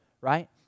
right